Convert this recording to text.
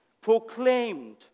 proclaimed